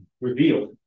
revealed